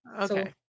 Okay